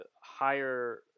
higher